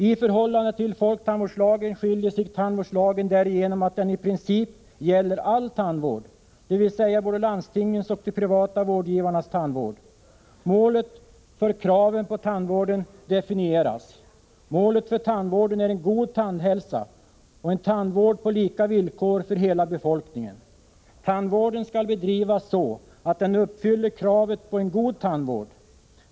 I förhållande till folktandvårdslagen skiljer sig tandvårdslagen därigenom att den i princip gäller all tandvård, dvs. både landstingens och de privata vårdgivarnas tandvård. Målet för och kraven på tandvården definieras. Målet för tandvården är en god tandhälsa och en tandvård på lika villkor för hela befolkningen. Tandvården skall bedrivas så att den uppfyller kravet på en god tandvård.